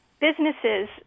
businesses